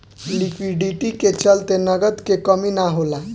liquidity के चलते नगद के कमी ना होला